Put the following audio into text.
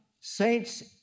saints